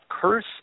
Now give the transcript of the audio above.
curse